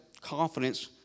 confidence